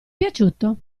piaciuto